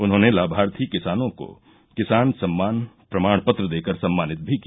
उन्होंने लामार्थी किसानों को किसान सम्मान प्रमाण पत्र देकर सम्मानित भी किया